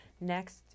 Next